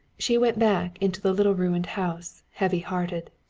she went back into the little ruined house, heavy-hearted.